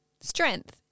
strength